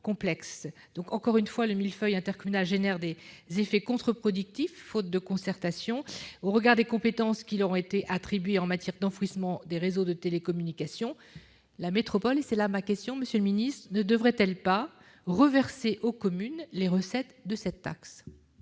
fois encore, le millefeuille intercommunal engendre des effets contre-productifs, faute de concertation. Au regard des compétences qui leur ont été attribuées en matière d'enfouissement des réseaux de télécommunication, la métropole ne devrait-elle pas, monsieur le ministre, reverser aux communes les recettes de cette taxe ?